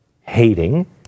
hating